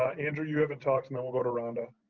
ah andrew, you haven't talked, and then we'll go to rhonda.